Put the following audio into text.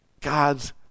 God's